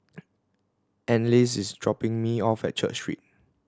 Anneliese is dropping me off at Church Street